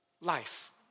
life